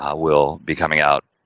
ah will be coming out.